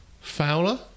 Fowler